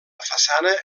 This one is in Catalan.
façana